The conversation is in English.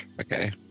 Okay